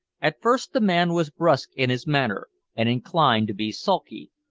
at first the man was brusque in his manner, and inclined to be sulky,